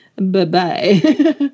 bye-bye